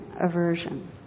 aversion